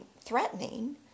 threatening